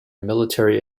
military